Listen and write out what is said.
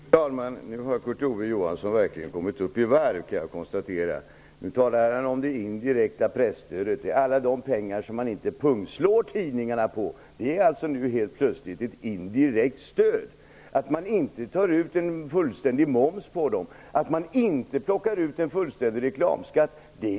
Fru talman! Nu har Kurt Ove Johansson verkligen kommit upp i varv! Han talade om det indirekta presstödet, dvs. alla pengar som man inte pungslår tidningarna på! Helt plötsligt innebär det ett indirekt stöd att inte ta ut fullständig moms på tidningarna och att inte ta ut fullständig reklamskatt!